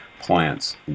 plants